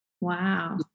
Wow